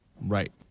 right